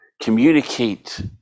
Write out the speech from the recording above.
communicate